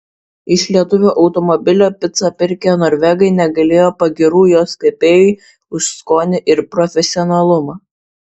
iš lietuvio automobilio picą pirkę norvegai negailėjo pagyrų jos kepėjui už skonį ir profesionalumą